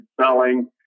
selling